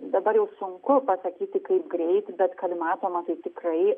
dabar jau sunku pasakyti kaip greit bet kad matoma tai tikrai